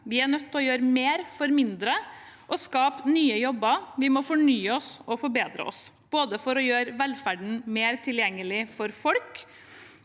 Vi er nødt til å gjøre mer for mindre og skape nye jobber. Vi må fornye oss og forbedre oss, både for å gjøre velferden mer tilgjengelig for folk